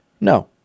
no